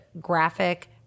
graphic